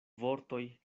vortoj